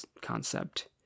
concept